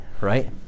right